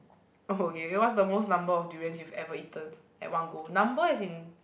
okay what's the most number of durians you've ever eaten at one go number as in